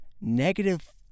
negative